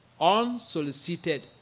unsolicited